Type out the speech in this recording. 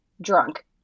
drunk